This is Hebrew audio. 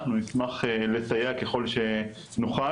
אנחנו נשמח לסייע ככל שנוכל,